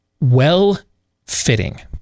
Well-fitting